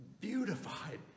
beautified